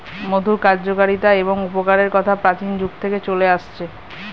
মধুর কার্যকারিতা এবং উপকারের কথা প্রাচীন যুগ থেকে চলে আসছে